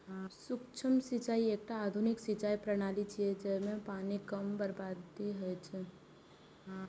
सूक्ष्म सिंचाइ एकटा आधुनिक सिंचाइ प्रणाली छियै, जइमे पानिक कम बर्बादी होइ छै